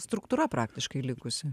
struktūra praktiškai likusi